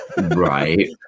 Right